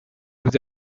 vous